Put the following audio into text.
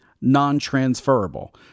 non-transferable